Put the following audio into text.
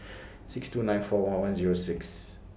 six two nine four one one Zero six